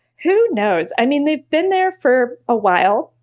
who knows. i mean, they've been there for a while.